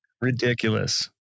Ridiculous